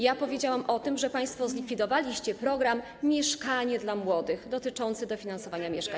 Ja powiedziałam o tym, że państwo zlikwidowaliście program „Mieszkanie dla młodych” dotyczący dofinansowywania mieszkań.